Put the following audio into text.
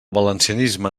valencianisme